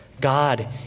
God